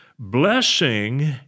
Blessing